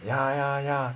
ya ya ya